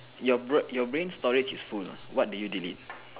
your your brain storage is full what do you delete